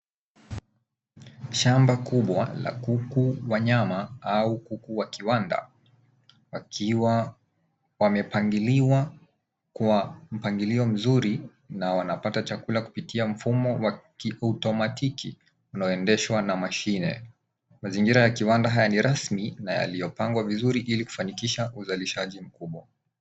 Shamba kubwa la kuku wa nyama au kuku wa kiwanda wakiwa wamepangiliwa kwa mpangilio mzuri na wanapata chakula kupitia mfumo wa kiotomatiki unaoendeshwa na mashine. Mazingira ya kiwanda haya ni rasmi na yaliyopangwa vizuri ili kufanikisha uzalishaji mkubwa.